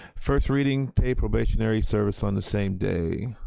first reading, paid probationary service on the same day.